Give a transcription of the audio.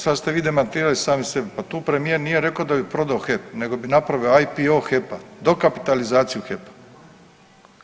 Sad ste vi demantirali sami sebe, pa tu premijer nije rekao da bi prodao HEP nego bi napravio IPO HEP-a, dokapitalizaciju HEP-a.